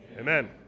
Amen